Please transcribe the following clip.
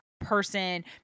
person